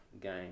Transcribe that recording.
game